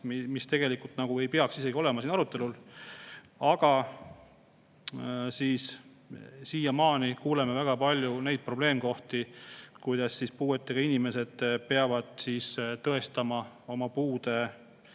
mis tegelikult ei peaks isegi olema siin arutelul. Aga siiamaani kuuleme väga palju neist probleemkohtadest, kuidas puuetega inimesed peavad tõestama oma puude